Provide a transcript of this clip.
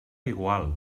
igual